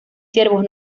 siervos